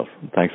Thanks